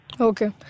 Okay